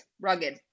rugged